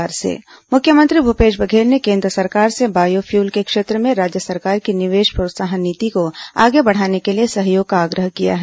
मुख्यमंत्री केंद्रीय मंत्री मुलाकात मुख्यमंत्री भूपेश बघेल ने केन्द्र सरकार से बायोफ्यूल के क्षेत्र में राज्य सरकार की निवेश प्रोत्साहन नीति को आगे बढ़ाने के लिए सहयोग का आग्रह किया है